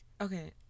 okay